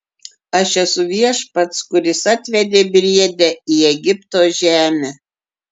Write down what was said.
aš esu viešpats kuris atvedė briedę į egipto žemę